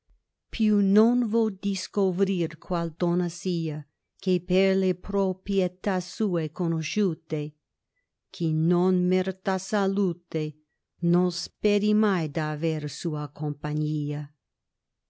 più no vo discovrir qual donna sia che per le propietà sue conosciute chi non merta salute no speri mai d'aver sua compagnia